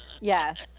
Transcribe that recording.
Yes